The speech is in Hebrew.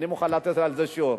אני מוכן לתת על זה שיעור.